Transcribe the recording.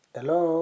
Hello